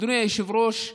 אדוני היושב-ראש,